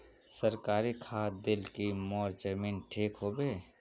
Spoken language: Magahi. सरकारी खाद दिल की मोर जमीन ठीक होबे?